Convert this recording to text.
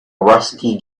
rusty